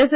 S